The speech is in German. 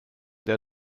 der